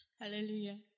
Hallelujah